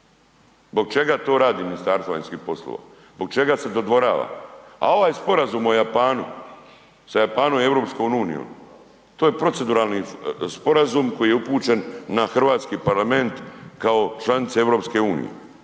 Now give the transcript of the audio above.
Zbog čega to radi Ministarstvo vanjskih poslova, zbog čega se dodvorava? A ovaj sporazum o Japanu, sa Japanom i EU, to je proceduralni sporazum koji je upućen na Hrvatski parlament kao članica EU. Mene više